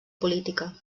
política